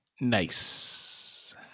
Nice